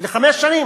לחמש שנים.